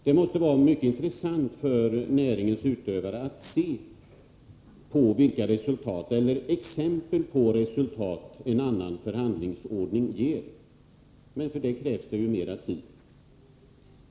Det måste vara mycket intressant för näringens utövare att se exempel på vilka resultat en annan förhandlingsordning ger, men för det krävs det ju mera tid.